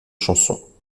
chansons